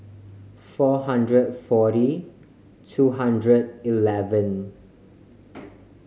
four hundred forty two hundred eleven